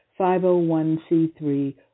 501c3